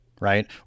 right